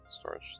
storage